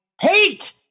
hate